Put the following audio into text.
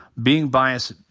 being biased,